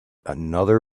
another